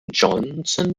jonson